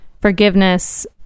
forgiveness